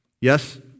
Yes